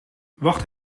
wacht